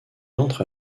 entre